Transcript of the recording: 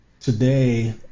today